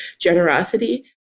generosity